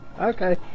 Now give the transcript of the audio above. Okay